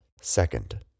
second